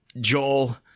Joel